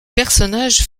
personnages